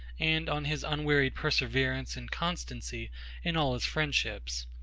and on his unwearied perseverance and constancy in all his friendships.